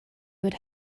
would